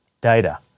data